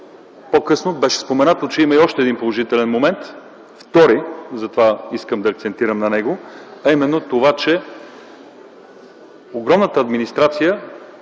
По-късно беше споменато, че има и втори положителен момент, затова искам да акцентирам на него – това, че огромната администрация